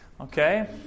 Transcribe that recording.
Okay